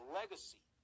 legacy